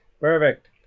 Perfect